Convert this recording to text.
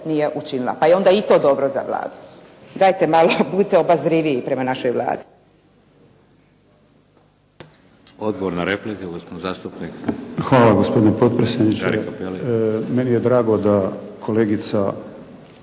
nije učinila pa je onda i to dobro za Vladu. Dajte malo budite obazriviji prema našoj Vladi.